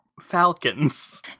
falcons